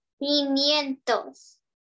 quinientos